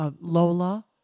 lola